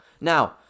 Now